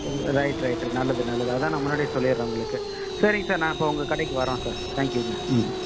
சரி right right நல்லது நல்லது அதான் நான் முன்னாடியே சொல்லிவிடுறேன் உங்களுக்கு சரிங்க சார் நான் அப்போ உங்கள் கடைக்கு வரோம் சார் தேங்க்யூங்க ம்